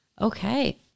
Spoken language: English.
Okay